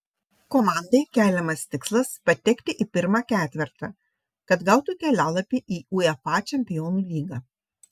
komandai keliamas tikslas patekti į pirmą ketvertą kad gautų kelialapį į uefa čempionų lygą